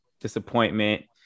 Disappointment